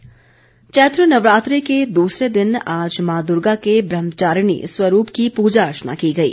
नवरात्रे चैत्र नवरात्रे के दूसरे दिन आज मां दुर्गा के ब्रह्मचारिणी स्वरूप की पूजा अर्चना की गई